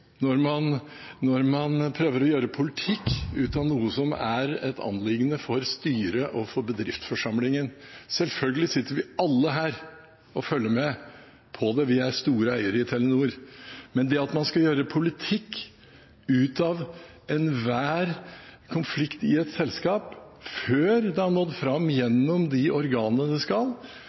anliggende for styret og for bedriftsforsamlingen. Selvfølgelig sitter vi alle her og følger med på det, vi er store eiere i Telenor, men at man skal gjøre politikk ut av enhver konflikt i et selskap, før det har nådd fram gjennom de organene det skal,